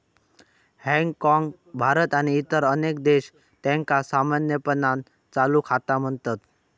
हाँगकाँग, भारत आणि इतर अनेक देश, त्यांका सामान्यपणान चालू खाता म्हणतत